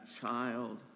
child